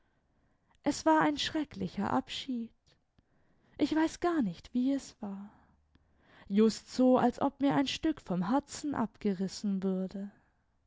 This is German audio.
es war ein schrecklicher abschied ich weiß gar nicht wie es war just so als ob mir ein stück vom herzen abgerissen würde